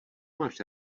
máš